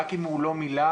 תמשיך הלאה.